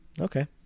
Okay